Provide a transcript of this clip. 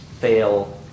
fail